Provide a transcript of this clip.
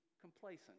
complacent